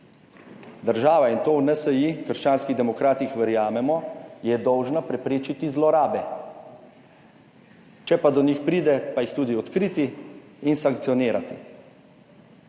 Država, in to v NSi - krščanski demokratih verjamemo, je dolžna preprečiti zlorabe, če pa do njih pride pa jih tudi odkriti in sankcionirati.